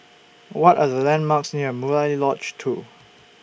What Are The landmarks near Murai Lodge two